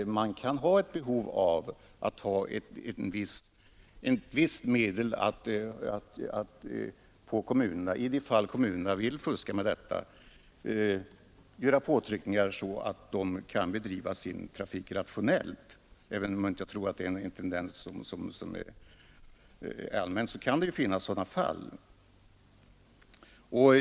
Man kan ha ett behov av ett visst påtryckningsmedel i de fall kommunerna inte bedriver sin trafik rationellt. Även om jag inte tror att detta är en allmän tendens hos kommunerna så kan det finnas sådana fall.